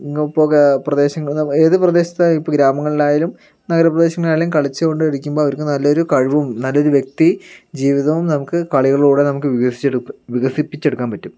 ഇങ് പോക പ്രദേശങ്ങളിൽ ഏത് പ്രദേശത്ത ഇപ്പോൾ ഗ്രാമങ്ങളിലായാലും നഗരപ്രദേശങ്ങളിലായാലും കളിച്ച് കൊണ്ടിരിക്കുമ്പോൾ അവർക്ക് നല്ലൊരു കഴിവും നല്ലൊരു വ്യക്തി ജീവിതവും നമുക്ക് കളികളിലൂടെ നമുക്ക് വികസിച്ച വികസിപ്പിച്ചെടുക്കാൻ പറ്റും